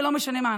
ולא משנה מה,